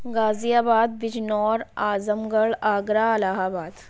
غازی آباد بجنور اعظم گڑھ آگرہ الہ آباد